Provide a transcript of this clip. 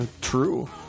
True